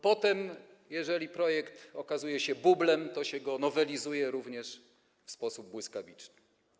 Potem, jeżeli projekt okazuje się bublem, to się go nowelizuje, również w sposób błyskawiczny.